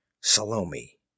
salome